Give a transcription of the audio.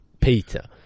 Peter